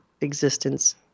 existence